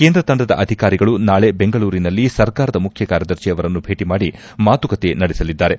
ಕೇಂದ್ರ ತಂಡದ ಅಧಿಕಾರಿಗಳು ನಾಳೆ ಬೆಂಗಳೂರಿನಲ್ಲಿ ಸರ್ಕಾರದ ಮುಖ್ಯ ಕಾರ್ಯದರ್ಶಿ ಅವರನ್ನು ಭೇಟ ಮಾಡಿ ಮಾತುಕತೆ ನಡೆಸಲಿದ್ದಾರೆ